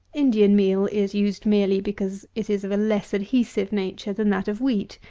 indian meal is used merely because it is of a less adhesive nature than that of wheat.